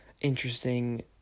interesting